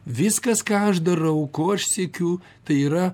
viskas ką aš darau ko aš siekiu tai yra